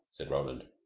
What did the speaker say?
said roland.